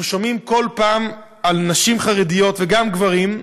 אנחנו שומעים כל פעם על נשים חרדיות, וגם גברים,